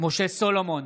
משה סולומון,